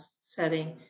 setting